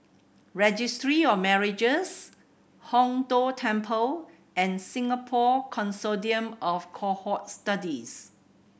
Registry of Marriages Hong Tho Temple and Singapore Consortium of Cohort Studies